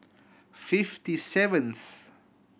fifty seventh